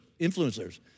influencers